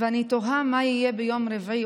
ואני תוהה מה יהיה ביום רביעי,